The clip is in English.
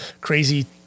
crazy